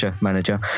manager